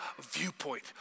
viewpoint